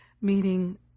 meaning